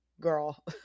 girl